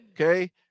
okay